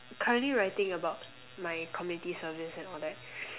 currently writing about my community service and all that